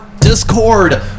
Discord